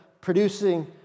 producing